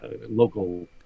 local